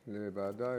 ועדה?